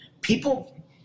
people